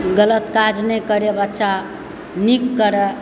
गलत काज नहि करै बच्चा नीक करै